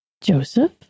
Joseph